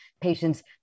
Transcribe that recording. patients